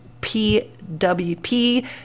PWP